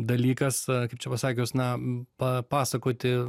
dalykas kaip čia pasakius na papasakoti